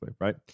right